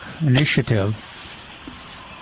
Initiative